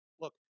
look